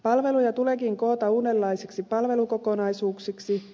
palveluja tuleekin koota uudenlaisiksi palvelukokonaisuuksiksi